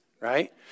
right